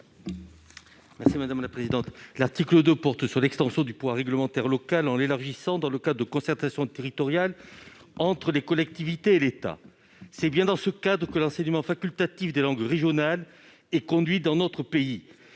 sur l'article. L'article 2 porte sur l'extension du pouvoir réglementaire local, dans le cadre de concertations territoriales entre les collectivités et l'État. C'est bien dans ce cadre que l'enseignement facultatif des langues régionales est conduit dans notre pays.